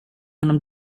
honom